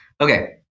Okay